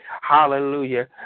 Hallelujah